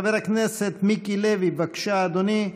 חבר הכנסת מיקי לוי, בבקשה, אדוני,